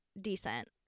decent